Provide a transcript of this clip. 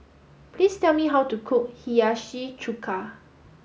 please tell me how to cook Hiyashi Chuka